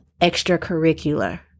extracurricular